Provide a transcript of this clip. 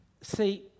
See